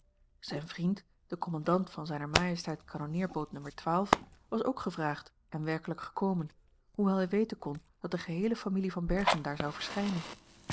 zijn vriend de commandant van r s kanonneer osboom oussaint angs was ook gevraagd en werkelijk gekomen hoewel hij weten kon dat de geheele familie van berchem daar zou verschijnen